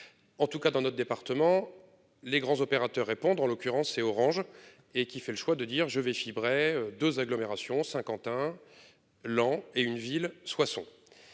En tout cas dans notre département. Les grands opérateurs répondent en l'occurrence c'est Orange et qui fait le choix de dire je vais fibré 2 agglomération Saint-Quentin Laon est une ville, Soissons.